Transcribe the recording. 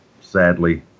sadly